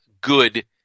good